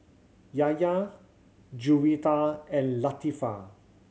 Yahya Juwita and Latifa